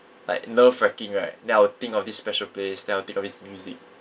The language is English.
like nerve wracking right then I'll think of this special place then I would think of this music